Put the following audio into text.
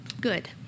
good